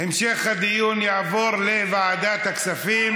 המשך הדיון יעבור לוועדת הכספים.